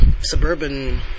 suburban